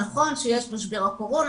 נכון שיש משבר הקורונה,